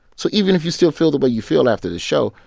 so even if you still feel that way you feel after the show,